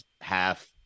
half